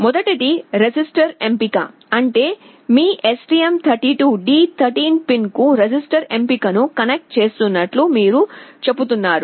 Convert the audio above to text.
మొదటిది రిజిస్టర్ ఎంపిక అంటే మీ STM32 D13 పిన్ కు రిజిస్టర్ ఎంపికను కనెక్ట్ చేస్తున్నట్లు మీరు చెబుతున్నారు